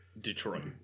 Detroit